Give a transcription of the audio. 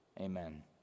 Amen